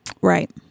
Right